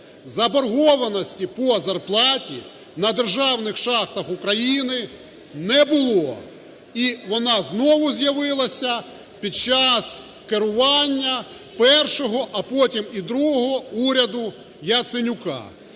заборгованості по зарплаті на державних шахтах України не було. І вона знову з'явилася під час керування першого, а потім і другого уряду Яценюка.